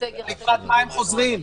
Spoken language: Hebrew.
לקראת מה הם חוזרים.